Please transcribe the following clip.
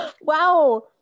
Wow